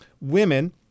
women